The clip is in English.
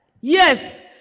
Yes